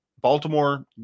Baltimore